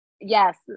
Yes